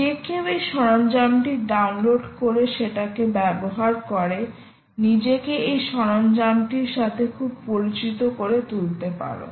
যে কেউ এই সরঞ্জামটি ডাউনলোড করে সেটাকে ব্যবহার করে নিজেকে এই সরঞ্জামটির সাথে খুব পরিচিত করে তুলতে পারো